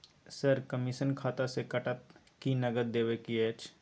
Sir, commission खाता से कटत कि नगद देबै के अएछ?